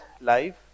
life